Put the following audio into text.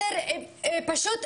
פשוט,